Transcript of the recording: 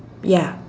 ya